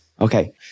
Okay